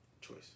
Choice